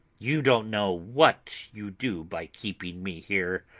you don't know what you do by keeping me here.